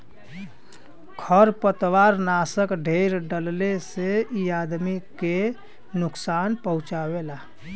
खरपतवारनाशक ढेर डलले से इ आदमी के नुकसान पहुँचावला